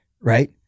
right